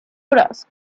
bros